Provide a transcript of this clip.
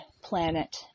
planet